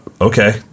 okay